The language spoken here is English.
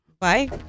Bye